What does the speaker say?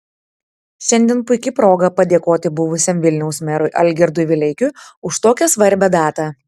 šiandien puiki proga padėkoti buvusiam vilniaus merui algirdui vileikiui už tokią svarbią datą